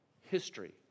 history